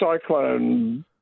cyclone